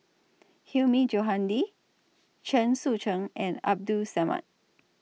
Hilmi Johandi Chen Sucheng and Abdul Samad